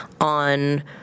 on